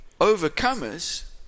overcomers